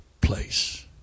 place